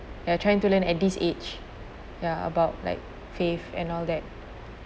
they are trying to learn at this age ya about like faith and all that